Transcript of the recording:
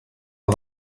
que